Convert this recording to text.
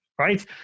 right